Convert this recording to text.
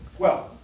well,